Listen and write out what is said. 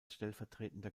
stellvertretender